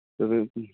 तद्